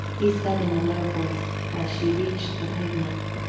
he said in a low voice, as she reached the pavement.